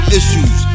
issues